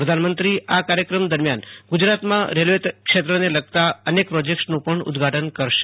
પ્રધાનમંત્રી આ કાર્યક્રમે દરમિયોન ગુજરાતમાં રેલવે ક્ષેત્રને લગતા અનેક પ્રોજેક્ટ્સનું પણ ઉદઘાટન કરશે